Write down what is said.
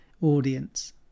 audience